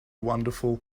wonderful